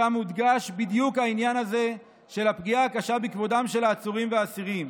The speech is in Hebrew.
שם הודגש בדיוק העניין הזה של הפגיעה הקשה בכבודם של העצורים והאסירים.